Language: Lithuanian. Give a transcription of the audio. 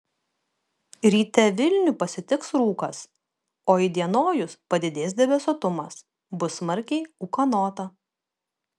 ryte vilnių pasitiks rūkas o įdienojus padidės debesuotumas bus smarkiai ūkanota